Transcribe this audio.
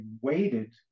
waited